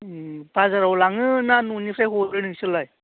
बाजाराव लाङो ना न'निफ्राय हरो नोंसोरलाय